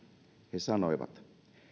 he sanoivat